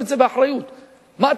לא שמעתי.